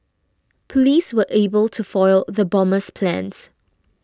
police were able to foil the bomber's plans